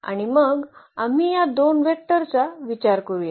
आणि मग आम्ही या दोन वेक्टरचा विचार करूया